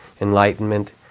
enlightenment